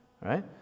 right